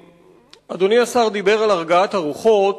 אדוני השר דיבר על הרגעת הרוחות,